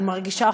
אני מרגישה,